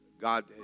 God